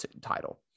title